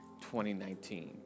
2019